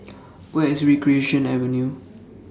Where IS Recreation Avenue